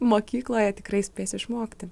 mokykloje tikrai spės išmokti